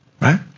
right